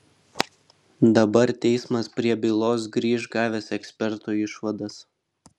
dabar teismas prie bylos grįš gavęs ekspertų išvadas